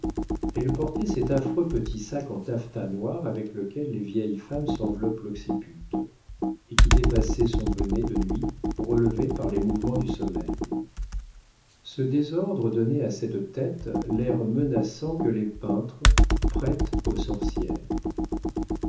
elle portait cet affreux petit sac en taffetas noir avec lequel les vieilles femmes s'enveloppent l'occiput et qui dépassait son bonnet de nuit relevé par les mouvements du sommeil ce désordre donnait à cette tête l'air menaçant que les peintres prêtent aux sorcières